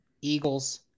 Eagles